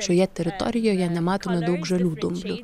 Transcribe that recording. šioje teritorijoje nematome daug žalių dumblių